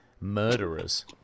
murderers